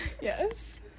Yes